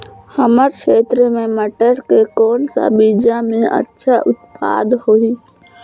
हमर क्षेत्र मे मटर के कौन सा बीजा मे अच्छा उत्पादन होही?